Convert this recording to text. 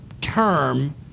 term